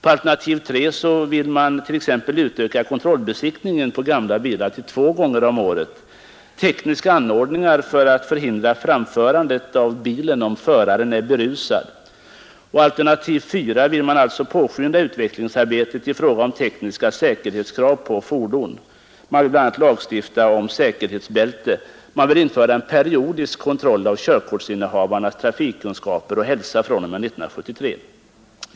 I alternativ 3 vill man t.ex. utöka kontrollbesiktningen på gamla bilar till två gånger om året samt införa tekniska anordningar för att förhindra framförandet av bilen om föraren är berusad. I alternativ 4 vill man påskynda utvecklingsarbetet i fråga om tekniska säkerhetskrav på fordon. Man vill bl.a. lagstifta om säkerhetsbältet. Man vill införa periodisk kontroll av körkortsinnehavarnas trafikkunskaper och hälsa fr.o.m. 1973.